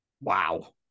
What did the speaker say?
Wow